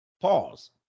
Pause